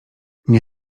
nie